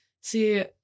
see